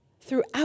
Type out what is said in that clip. throughout